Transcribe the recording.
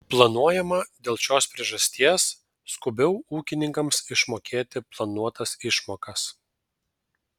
planuojama dėl šios priežasties skubiau ūkininkams išmokėti planuotas išmokas